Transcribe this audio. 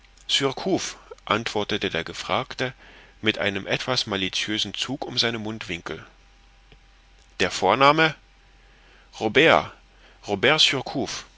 antwortete der gefragte mit einem etwas malitiösen zug um seine mundwinkel der vorname robert robert